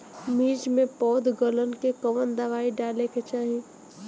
मिर्च मे पौध गलन के कवन दवाई डाले के चाही?